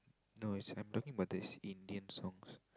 no it's I'm talking about this Indian songs